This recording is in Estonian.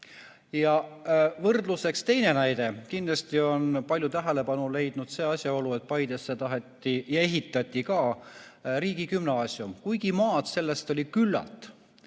Võrdluseks teine näide. Kindlasti on palju tähelepanu leidnud see asjaolu, et Paidesse taheti ehitada ja ehitati ka riigigümnaasium. Kuigi maad selleks oli küllalt